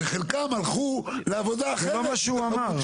שם נוכחתי,